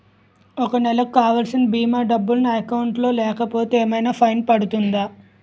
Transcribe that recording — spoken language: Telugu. ఒక నెలకు కావాల్సిన భీమా డబ్బులు నా అకౌంట్ లో లేకపోతే ఏమైనా ఫైన్ పడుతుందా?